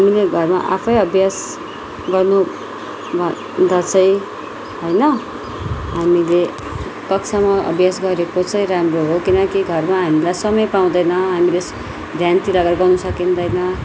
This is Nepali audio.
हामीले घरमा आफै अभ्यास गर्नु भन्दा चाहिँ होइन हामीले कक्षामा अभ्यास गरेको चाहिँ राम्रो हो किनकि घरमा हामीलाई समय पाउँदैन हामीले ध्यानतिर लगाएर गर्न सकिँदैन